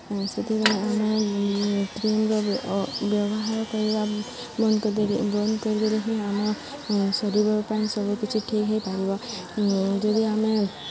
ସେଥିପାଇଁ ଆମେ କ୍ରିମ୍ର ବ୍ୟବହାର କରିବା ବନ୍ଦ କରି ବନ୍ଦ କରିଦେଲେ ହିଁ ଆମ ଶରୀର ପାଇଁ ସବୁକିଛି ଠିକ୍ ହୋଇପାରିବ ଯଦି ଆମେ